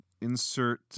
insert